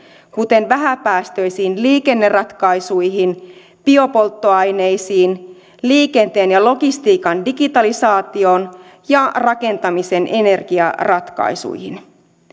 kuten vähäpäästöisiin liikenneratkaisuihin biopolttoaineisiin liikenteen ja logistiikan digitalisaatioon ja rakentamisen energiaratkaisuihin